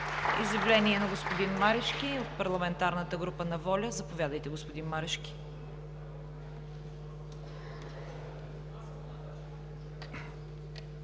Изявление на господин Марешки от парламентарната група на „Воля“. Заповядайте, господин Марешки.